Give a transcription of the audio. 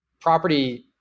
property